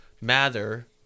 Mather